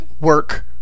work